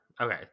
okay